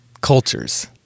cultures